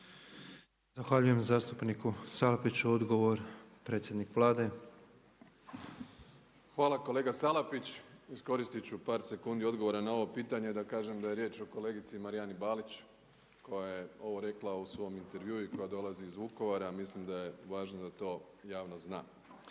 Zahvaljujem zastupniku Salapiću. Odgovor, predsjednik Vlade. **Plenković, Andrej (HDZ)** Hvala kolega Salapić. Iskoristit ću par sekundi odgovora na ovo pitanje da kažem da je riječ o kolegici Marijani Balić koja je ovo rekla u svom intervjuu i koja dolazi iz Vukovara, mislim da je važno da to javnost zna.